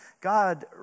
God